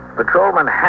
Patrolman